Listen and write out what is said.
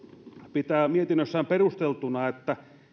pitää mietinnössään perusteltuna että